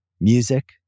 music